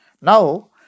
Now